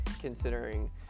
considering